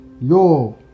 Yo